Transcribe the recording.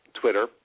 Twitter